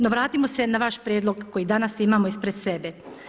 No vratimo se na vaš prijedlog koji danas imao ispred sebe.